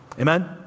Amen